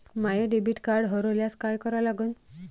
माय debit card हरोल्यास काय करा लागन?